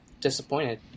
disappointed